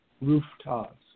rooftops